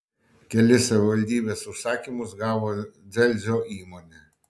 kelis savivaldybės užsakymus gavo dzelzio įmonė